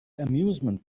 amusement